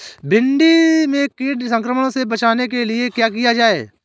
भिंडी में कीट संक्रमण से बचाने के लिए क्या किया जाए?